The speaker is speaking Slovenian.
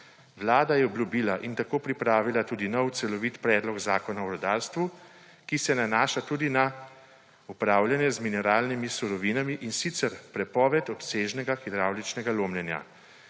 Vlada je obljubila in tako pripravila tudi nov celovit predlog zakona o rudarstvu, ki se nanaša tudi na upravljanje z mineralnimi surovinami, in sicer prepoved obsežnega hidravličnega lomljenja.